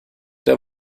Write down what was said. der